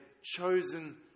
chosen